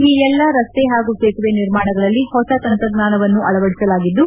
ಈ ಎಲ್ಲಾ ರಸ್ತೆ ಹಾಗೂ ಸೇತುವೆ ನಿರ್ಮಾಣಗಳಲ್ಲಿ ಹೊಸ ತಂತ್ರಜ್ಞಾನವನ್ನು ಅಳವಡಿಸಲಾಗುತ್ತಿದ್ದು